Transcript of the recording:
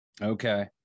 Okay